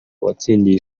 uwatsindiye